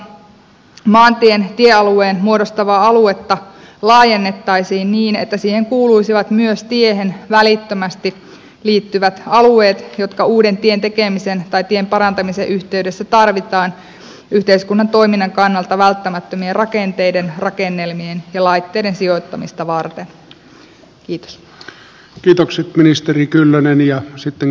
tässä lakiehdotuksessa maantien tiealueen muodostavaa aluetta laajennettaisiin niin että siihen kuuluisivat myös tiehen välittömästi liittyvät alueet jotka uuden tien tekemisen tai tien parantamisen yhteydessä tarvitaan yhteiskunnan toiminnan kannalta välttämättömien rakenteiden rakennelmien ja laitteiden sijoittamista varten